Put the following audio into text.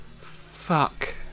Fuck